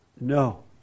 No